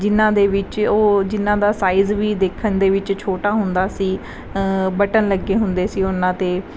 ਜਿਹਨਾਂ ਦੇ ਵਿੱਚ ਉਹ ਜਿਹਨਾਂ ਦਾ ਸਾਈਜ਼ ਵੀ ਦੇਖਣ ਦੇ ਵਿੱਚ ਛੋਟਾ ਹੁੰਦਾ ਸੀ ਬਟਨ ਲੱਗੇ ਹੁੰਦੇ ਸੀ ਉਹਨਾਂ 'ਤੇ